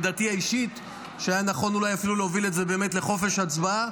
עמדתי האישית היא שהיה נכון אולי אפילו להוביל את זה באמת לחופש הצבעה,